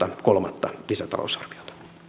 kolmatta lisätalousarviota